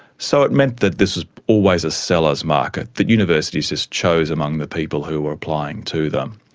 so it meant that this was always a seller's market, that universities just chose among the people who were applying to them,